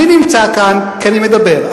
אני נמצא כאן כי אני מדבר,